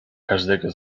każdego